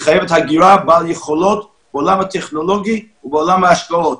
היא חייבת הגירה בעלת יכולות בעולם הטכנולוגי ובעולם ההשקעות,